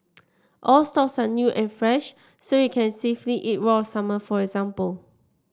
all stocks are new and fresh so you can safely eat raw salmon for example